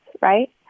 right